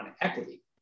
equity